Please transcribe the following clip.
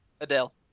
Adele